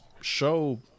show